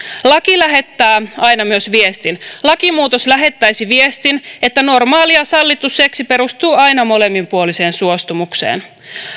laki lähettää aina myös viestin lakimuutos lähettäisi viestin että normaali ja sallittu seksi perustuu aina molemminpuoliseen suostumukseen